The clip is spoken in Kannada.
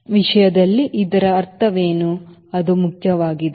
Wingloading ವಿಷಯದಲ್ಲಿ ಇದರ ಅರ್ಥವೇನು ಅದು ಮುಖ್ಯವಾಗಿದೆ